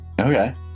Okay